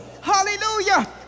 hallelujah